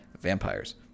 vampires